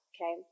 okay